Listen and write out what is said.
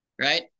right